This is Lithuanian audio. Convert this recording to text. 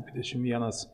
dvidešimt vienas